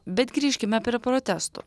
bet grįžkime prie protestų